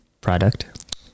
product